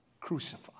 crucified